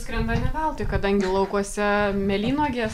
skrenda ne veltui kadangi laukuose mėlynuogės